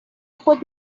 خود